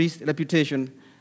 reputation